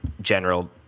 general